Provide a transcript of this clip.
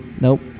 Nope